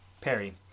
Perry